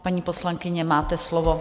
Paní poslankyně, máte slovo.